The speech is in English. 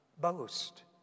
boast